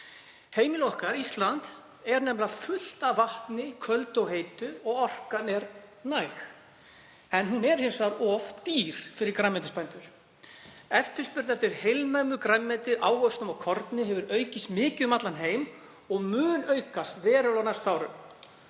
Heimili okkar Ísland er nefnilega fullt af vatni, köldu og heitu og orkan er næg en hún er hins vegar of dýr fyrir grænmetisbændur. Eftirspurn eftir heilnæmu grænmeti, ávöxtum og korni hefur aukist mikið um allan heim og mun aukast verulega á